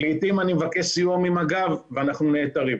לעתים אני מבקש סיוע ממג"ב ואנחנו נעתרים.